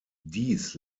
dies